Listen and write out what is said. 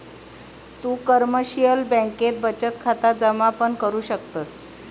तु कमर्शिअल बँकेत बचत खाता जमा पण करु शकतस